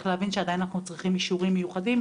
להבין שעדיין אנחנו צריכים אישורים מיוחדים,